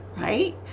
right